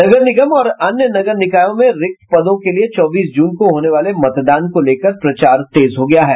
नगर निगम और अन्य नगर निकायों में रिक्त पदों के लिये चौबीस जून को होने वाले मतदान को लेकर प्रचार तेज हो गया है